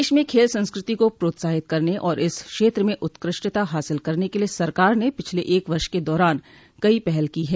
देश में खेल संस्कृति को प्रोत्साहित करने और इस क्षेत्र में उत्कृष्टता हासिल करने के लिए सरकार ने पिछले एक वर्ष के दौरान कई पहल की हैं